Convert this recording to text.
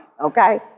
okay